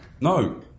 no